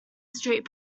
street